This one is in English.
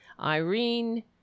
irene